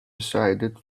decided